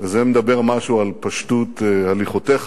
וזה מדבר משהו על פשטות הליכותיך.